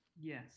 Yes